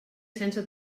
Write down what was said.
sense